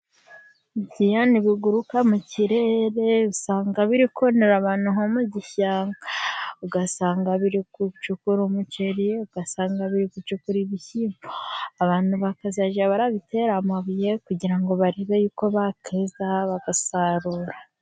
Ibyiyoni biguruka mu kirere usanga biri konera abantu nko mu gishanga, ugasanga biri gucukura umuceri, ugasanga biri gucukura ibishyimbo, abantu bakazajya babitera amabuye, kugira ngo barebe y'uko bakweza bagasarura.